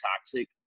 toxic